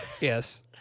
Yes